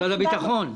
משרד הביטחון.